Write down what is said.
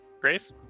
Grace